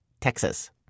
Texas